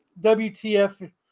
WTF